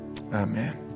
Amen